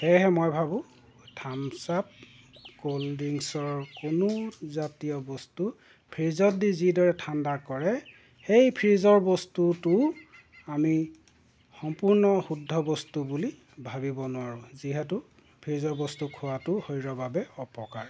সেয়েহে মই ভাবোঁ থামছ আপ ক'ল্ড ড্ৰিংকছ্ৰ কোনো জাতীয় বস্তু ফ্ৰীজত দি যিদৰে ঠাণ্ডা কৰে সেই ফ্ৰীজৰ বস্তুটো আমি সম্পূৰ্ণ শুদ্ধ বস্তু বুলি ভাবিব নোৱাৰোঁ যিহেতু ফ্ৰীজৰ বস্তু খোৱাতো শৰীৰৰ বাবে অপকাৰ